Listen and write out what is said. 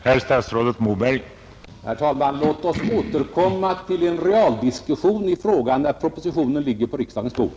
Herr talman! Låt oss återkomma till en realdiskussion i frågan när propositionen ligger på riksdagens bord.